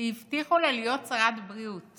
שהבטיחו לה להיות שרת בריאות